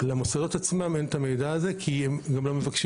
למוסדות עצמם אין את המידע הזה כי הם גם לא מבקשים